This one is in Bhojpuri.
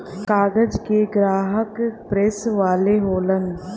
कागज के ग्राहक प्रेस वाले होलन